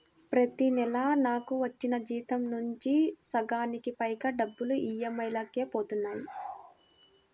ప్రతి నెలా నాకు వచ్చిన జీతం నుంచి సగానికి పైగా డబ్బులు ఈఎంఐలకే పోతన్నాయి